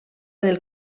del